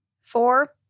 Four